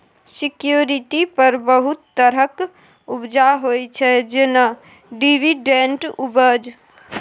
security पर बहुत तरहक उपजा होइ छै जेना डिवीडेंड उपज